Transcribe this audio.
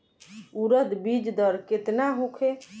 उरद बीज दर केतना होखे?